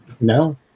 No